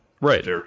right